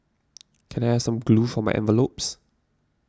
can I have some glue for my envelopes